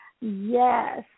Yes